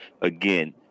again